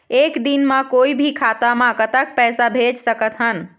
एक दिन म कोई भी खाता मा कतक पैसा भेज सकत हन?